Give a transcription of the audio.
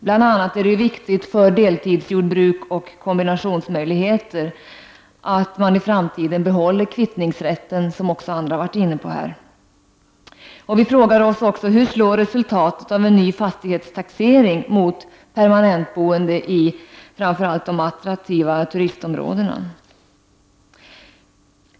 Bl.a. är det viktigt för deltidsjordbruk och kombinationsmöjligheter att man i framtiden behåller kvittningsrätten, som också andra varit inne på här. Vi frågar oss också: Hur slår resultatet av den nya fastighetstaxeringen mot permanentboende i framför allt attraktiva turistområden?